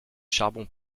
charbon